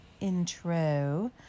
intro